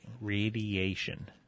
radiation